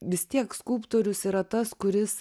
vis tiek skulptorius yra tas kuris